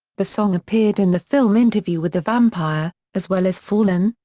the song appeared in the film interview with the vampire, as well as fallen,